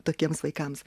tokiems vaikams